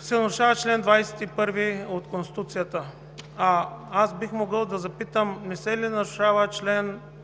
се нарушава чл. 21 от Конституцията. Аз бих могъл да запитам – не се ли нарушава чл.